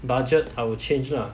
budget I will change lah